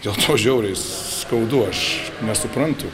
dėl to žiauriai skaudu aš nesuprantu